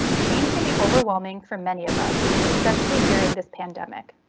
change can be overwhelming for many of us especially during this pandemic.